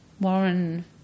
Warren